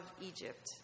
Egypt